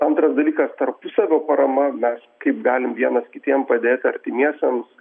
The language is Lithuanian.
antras dalykas tarpusavio parama mes kaip galim vienas kitiem padėt artimiesiems